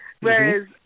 Whereas